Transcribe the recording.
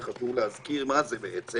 וחשוב להזכיר מה זה בעצם.